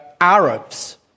Arabs